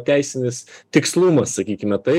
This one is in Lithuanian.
teisinis tikslumas sakykime tai